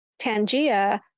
Tangia